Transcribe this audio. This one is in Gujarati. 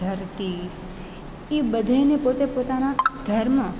ધરતી એ બધાંય ને પોતે પોતાના ધર્મ